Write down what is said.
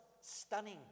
stunning